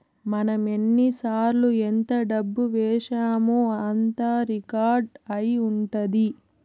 మనం ఎన్నిసార్లు ఎంత డబ్బు వేశామో అంతా రికార్డ్ అయి ఉంటది